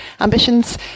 ambitions